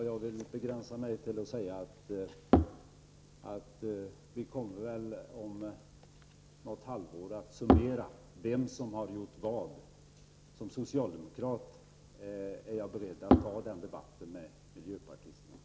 Jag vill begränsa mig till att säga att vi om något halvår kommer att summera vem som har gjort vad. Som socialdemokrat är jag beredd att ta den debatten med miljöpartisterna.